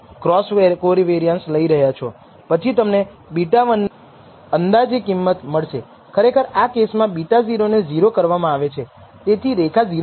તેથી જો આપણે હવે આ F સ્ટેટિસ્ટિક નોટનો ઉપયોગ કરીને કોઈ પૂર્વધારણા પરીક્ષણ કરવા માંગતા હોય તો આપણે F વિતરણના નિર્ણાયક મૂલ્ય સાથે F નોટની તુલના કરીએ છીએ